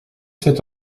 cet